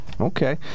okay